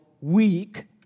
weak